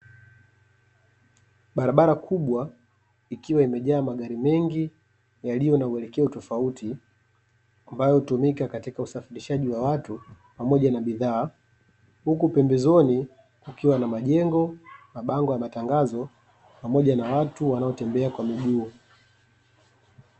Barabara kubwa ikiwa imejaa magari mengi yaliyo na muelekeo tofauti, ambayo hutumika katika usafirishaji wa watu pamoja na bidhaa, huku pembezoni pakiwa na majengo, mabango ya matangazo pamoja na watu wanaotembea kwa miguu.